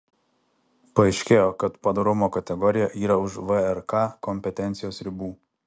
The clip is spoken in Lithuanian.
paaiškėjo kad padorumo kategorija yra už vrk kompetencijos ribų